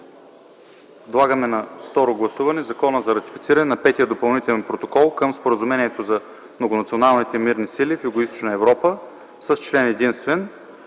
предлагаме на второ гласуване Закона за ратифициране на Петия допълнителен протокол към Споразумението за Многонационалните мирни сили в Югоизточна Европа с член единствен,